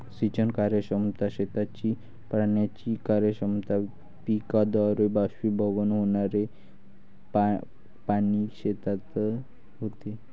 सिंचन कार्यक्षमता, क्षेत्राची पाण्याची कार्यक्षमता, पिकाद्वारे बाष्पीभवन होणारे पाणी शेतात होते